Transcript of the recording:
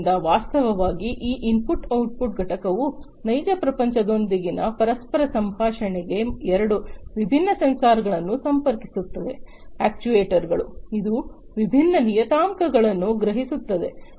ಆದ್ದರಿಂದ ವಾಸ್ತವವಾಗಿ ಈ ಇನ್ಪುಟ್ ಔಟ್ಪುಟ್ ಘಟಕವು ನೈಜ ಪ್ರಪಂಚದೊಂದಿಗಿನ ಪರಸ್ಪರ ಸಂಭಾಷಣೆಗೆ ಎರಡು ವಿಭಿನ್ನ ಸೆನ್ಸಾರ್ಗಳನ್ನು ಸಂಪರ್ಕಿಸುತ್ತದೆ ಅಕ್ಚುಯೆಟರ್ಸ್ಗಳು ಇದು ವಿಭಿನ್ನ ನಿಯತಾಂಕಗಳನ್ನು ಗ್ರಹಿಸುತ್ತದೆ